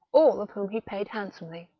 all of whom he paid handsomely.